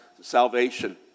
salvation